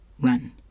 Run